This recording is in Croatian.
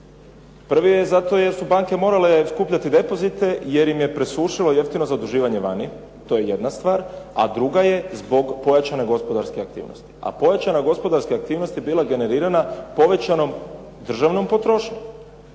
Prvi je zato jer su banke morale skupljati depozite jer im je presušilo jeftino zaduživanje vani. To je jedna stvar. A druga je zbog pojačane gospodarske aktivnosti. A pojačana gospodarska aktivnost je bila generirana povećanom državnom potrošnjom